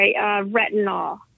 retinol